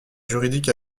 juridique